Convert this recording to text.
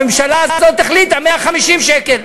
הממשלה הזאת החליטה שזה 150 שקל.